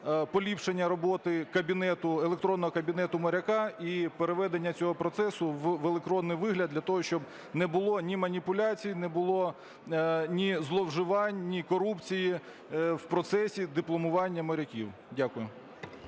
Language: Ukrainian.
поліпшення роботи кабінету, електронного кабінету моряка і переведення цього процесу в електронний вигляд для того, щоб не було ні маніпуляцій, не було ні зловживань, ні корупції в процесі дипломування моряків. Дякую.